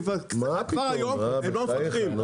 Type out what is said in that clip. כבר היום הם לא מפקחים.